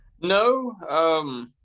No